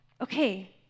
okay